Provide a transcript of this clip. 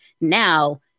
now